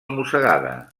mossegada